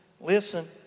Listen